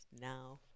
now